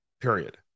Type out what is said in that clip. period